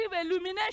illumination